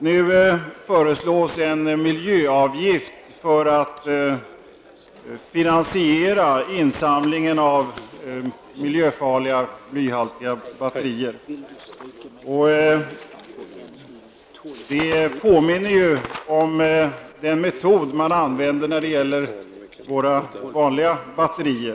Nu föreslås en miljöavgift för att finansiera insamlingen av miljöfarliga blyhaltiga batterier. Det påminner om den metod man använder när det gäller våra vanliga batterier.